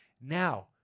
now